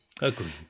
agreed